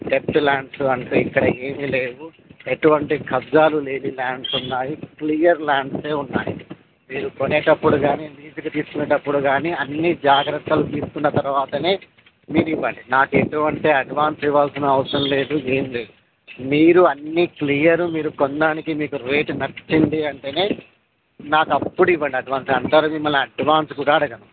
depth lands అంతే ఇంక ఏమీ లేవు ఎటువంటి కబ్జాలు లేని ల్యాండ్స్ ఉన్నాయి క్లియర్ ల్యాండ్సే ఉన్నాయి మీరు కొనేటప్పుడు గానీ లీజుకు తీసుకునేటప్పుడు గానీ అన్ని జాగ్రత్తలు తీసుకున్న తర్వాతనే మీరు ఇవ్వండి నాకెటువంటి అడ్వాన్స్ ఇవ్వాల్సిన అవసరం లేదు ఏం లేదు మీరు అన్నీ క్లియర్ మీరు కొనడానికి మీకు రేటు నచ్చింది అంటనే నాకు అప్పుడు ఇవ్వండి అడ్వాన్స్ అంతవరకు మిమ్మల్ని అడ్వాన్స్ కూడా అడగను